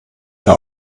der